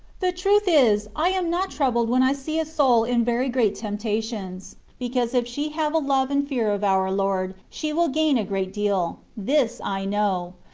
the truth is, i am not troubled when i see a soul in very great temptations, because if she have a love and fear of our lord, she will gain a great deal this i know.